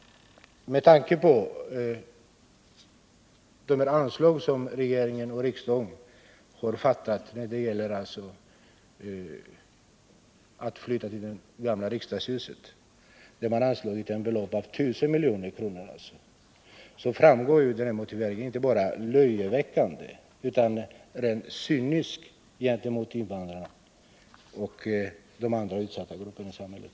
Med tanke på det beslut som riksdagen har fattat om att flytta till det gamla riksdagshuset, vilket kommer att kosta 1000 000 000 kr., framstår den motiveringen inte bara som löjeväckande utan som rent cynisk gentemot invandrarna och andra utsatta grupper i samhället.